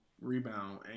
rebound